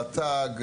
רט"ג,